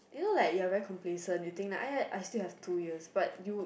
you know like you are really complaisance you think that !aiya! I still has two years but you